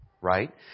right